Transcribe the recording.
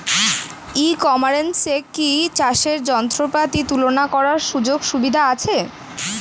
ই কমার্সে কি চাষের যন্ত্রপাতি তুলনা করার সুযোগ সুবিধা আছে?